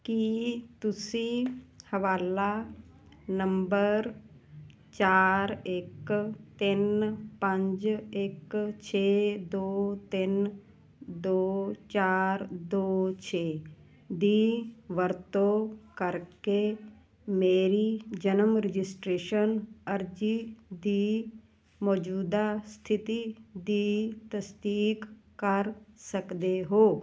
ਕੀ ਤੁਸੀਂ ਹਵਾਲਾ ਨੰਬਰ ਚਾਰ ਇੱਕ ਤਿੰਨ ਪੰਜ ਇੱਕ ਛੇ ਦੋ ਤਿੰਨ ਦੋ ਚਾਰ ਦੋ ਛੇ ਦੀ ਵਰਤੋਂ ਕਰਕੇ ਮੇਰੀ ਜਨਮ ਰਜਿਸਟ੍ਰੇਸ਼ਨ ਅਰਜ਼ੀ ਦੀ ਮੌਜੂਦਾ ਸਥਿਤੀ ਦੀ ਤਸਦੀਕ ਕਰ ਸਕਦੇ ਹੋ